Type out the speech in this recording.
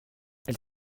elle